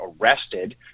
arrested